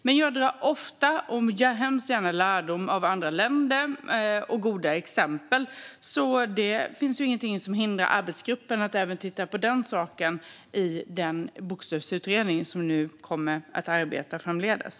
Men jag drar ofta och hemskt gärna lärdom av andra länder och goda exempel. Det finns alltså inget som hindrar att arbetsgruppen tittar på den saken i den bokstavsutredning som nu kommer att arbeta framdeles.